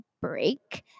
break